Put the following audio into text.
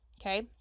Okay